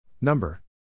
Number